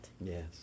yes